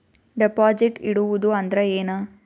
Deposit ಇಡುವುದು ಅಂದ್ರ ಏನ?